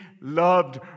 loved